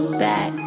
back